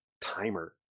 timer